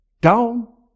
down